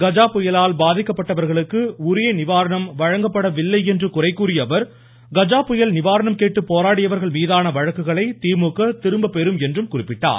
கஜா புயலால் பாதிக்கப்பட்டவர்களுக்கு உரிய நிவாரணம் வழங்கப்படவில்லை என்று குறை கூறிய அவர் கஜா புயல் நிவாரணம் கேட்டு போராடியவர்கள் மீதான வழக்குகளை திமுக திரும்பப் பெறும் என்றும் குறிப்பிட்டார்